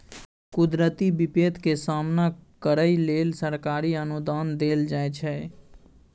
कुदरती बिपैत के सामना करइ लेल सरकारी अनुदान देल जाइ छइ